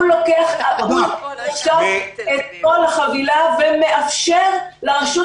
יש לו את כל החבילה והוא מאפשר לרשות